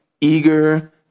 eager